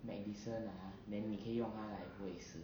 medicine ah then 你可以用来不会死